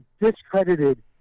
discredited